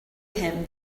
him